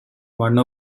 one